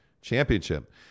championship